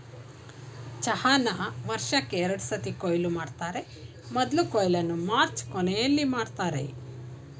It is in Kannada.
ಚಹಾನ ವರ್ಷಕ್ಕೇ ಎರಡ್ಸತಿ ಕೊಯ್ಲು ಮಾಡ್ತರೆ ಮೊದ್ಲ ಕೊಯ್ಲನ್ನ ಮಾರ್ಚ್ ಕೊನೆಲಿ ಮಾಡ್ತರೆ